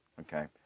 okay